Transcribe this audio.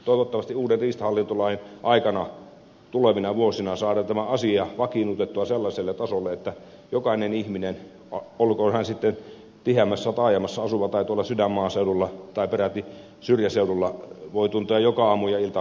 toivottavasti uuden riistahallintolain aikana tulevina vuosina saadaan tämä asia vakiinnutettua sellaiselle tasolle että jokainen ihminen olkoon hän sitten tiheämmässä taajamassa tai tuolla sydänmaaseudulla tai peräti syrjäseudulla asuva voi tuntea joka aamu ja ilta olonsa turvalliseksi